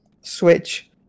switch